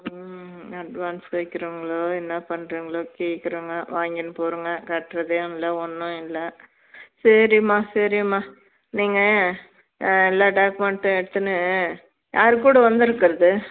ம் அட்வான்ஸ் வைக்கிறவங்களோ என்ன பண்ணுறிங்களோ கேட்குறோங்க வாங்கின்னு போறோங்க கட்டுறதையும் இல்லை ஒன்றும் இல்லை சரிம்மா சரிம்மா நீங்கள் எல்லா டாக்குமெண்ட்டும் எடுத்துனு யார் கூட வந்திருக்கறது